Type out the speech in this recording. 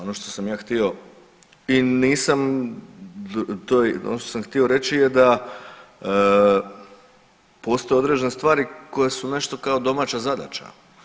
Ono što sam ja htio i nisam, ono što sam htio reći da postoje određene stvari koje su nešto kao domaća zadaća.